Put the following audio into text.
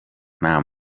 nta